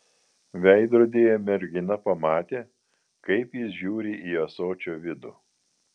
veidrodyje mergina pamatė kaip jis žiūri į ąsočio vidų